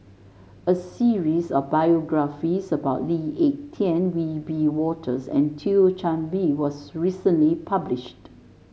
a series of biographies about Lee Ek Tieng Wiebe Wolters and Thio Chan Bee was recently published